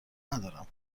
ندارم